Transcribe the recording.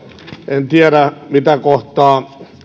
en tiedä mitä kohtaa